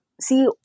See